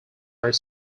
are